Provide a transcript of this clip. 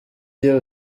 gihe